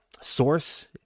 source